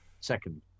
second